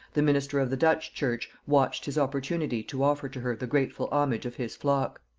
the minister of the dutch church watched his opportunity to offer to her the grateful homage of his flock.